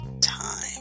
time